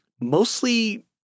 Mostly